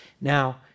Now